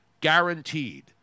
guaranteed